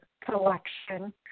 collection